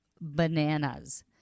bananas